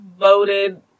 voted